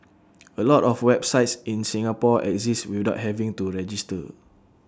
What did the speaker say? A lot of websites in Singapore exist without having to register